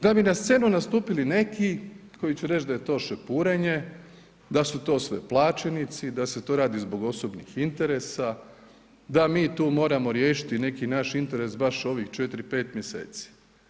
Da bi na scenu nastupili neki koji će reći da je to šepurenje, da su to sve plaćenici, da se to radi zbog osobnih interesa, da mi tu moramo riješiti neki naš interes baš ovih 4, 5 mjeseci.